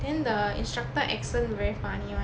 then the instructor accent very funny [one]